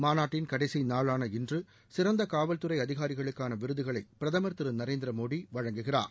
மாநாட்டின் கடைசி நாளான இன்று சிறந்த காவல்துறை அதிகாரிகளுக்கான விருதுகளை பிரதம் திரு நரேந்திர மோடி இன்று வழங்குகிறார்